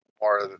more